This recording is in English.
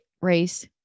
race